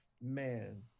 man